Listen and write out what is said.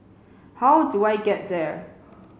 how do I get there